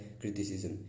criticism